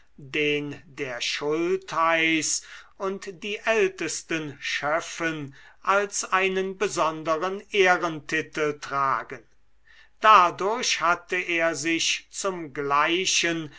den der schultheiß und die ältesten schöffen als einen besonderen ehrentitel tragen dadurch hatte er sich zum gleichen